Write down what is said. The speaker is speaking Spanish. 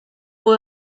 fue